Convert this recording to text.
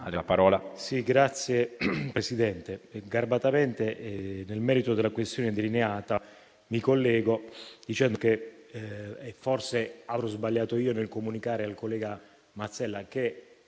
Signor Presidente, garbatamente, nel merito della questione delineata, mi collego dicendo che forse avrò sbagliato io nel comunicare al collega Mazzella che